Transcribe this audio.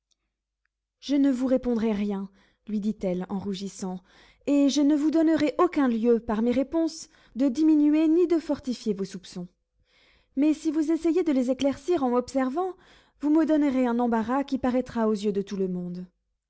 je ne vous répondrai rien lui dit-elle en rougissant et je ne vous donnerai aucun lieu par mes réponses de diminuer ni de fortifier vos soupçons mais si vous essayez de les éclaircir en m'observant vous me donnerez un embarras qui paraîtra aux yeux de tout le monde